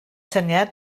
syniad